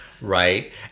right